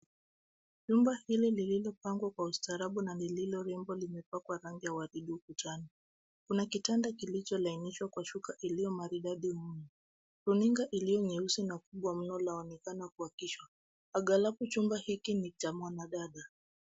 Nyumba hili lililopangwa kwa ustaarabu na lililo rembo limepakwa rangi ya waridi ukutani ,kuna kitanda kilicholainishwa kwa shuka iliyomaridadi mno runinga iliyo nyeusi na kubwa mno laonekana kuhakikisha aghalabu chumba hiki ni cha mwanadada.